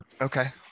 Okay